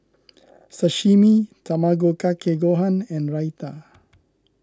Sashimi Tamago Kake Gohan and Raita